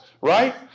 right